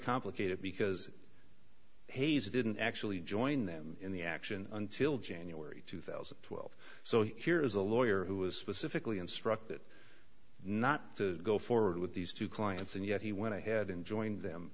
complicated because hayes didn't actually join them in the action until january two thousand and twelve so here's a lawyer who was specifically instructed not to go forward with these two clients and yet he went ahead and joined them